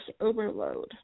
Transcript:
overload